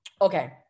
Okay